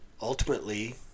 ultimately